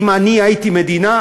אם אני הייתי מדינה,